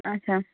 اَچھا